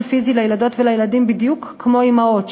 פיזי לילדות ולילדים בדיוק כמו אימהות,